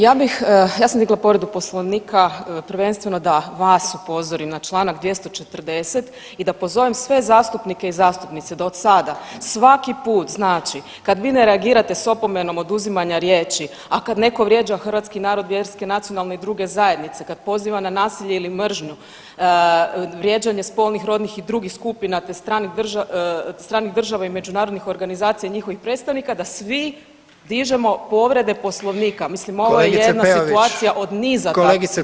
Ja bih, ja sam digla povredu Poslovnika prvenstveno da vas upozorim na čl. 240. i da pozovem sve zastupnike i zastupnice da odsada svaki put, znači kad vi ne reagirate s opomenom oduzimanja riječi, a kad neko vrijeđa hrvatski narod vjerske, nacionalne i druge zajednice, kad poziva na nasilje ili mržnju, vrijeđanje spolnih, rodnih i drugih skupina, te stranih država i međunarodnih organizacija i njihovih predstavnika da svi dižemo povrede Poslovnika [[Upadica: Kolegice Peović]] Mislim ovo je jedna situacija od niza takvih situacija.